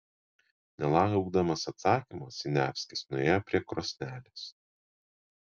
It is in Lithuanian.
nelaukdamas atsakymo siniavskis nuėjo prie krosnelės